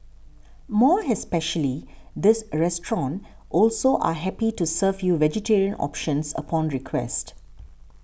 more especially this restaurant also are happy to serve you vegetarian options upon request